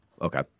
Okay